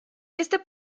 este